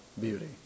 beauty